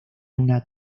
una